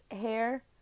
hair